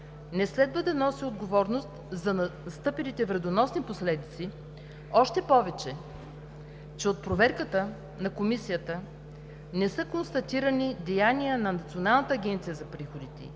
не следва да носи отговорност за настъпилите вредоносни последици, още повече че от проверката на Комисията не са констатирани деяния на Националната агенция за приходите в